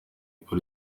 uko